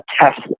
test